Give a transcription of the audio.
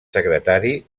secretari